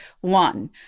One